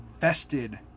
vested